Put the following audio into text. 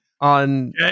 on